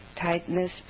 tightness